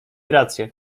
rację